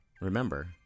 remember